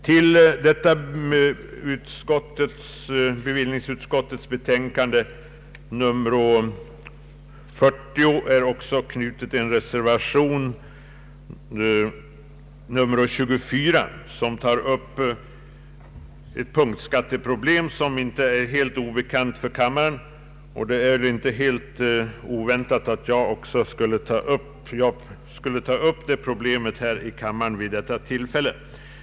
Till bevillningsutskottets betänkande nr 40 är också knuten en reservation, nr 24. Den gäller ett punktskatteproblem som inte är helt obekant för kammarens ledamöter, Det är kanske inte helt oväntat att jag tar upp det problemet här i kammaren vid detta tillfälle.